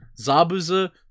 Zabuza